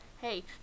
hey